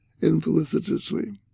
infelicitously